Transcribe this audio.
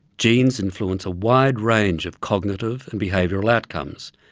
genes influence a wide range of cognitive and behavioural outcomes.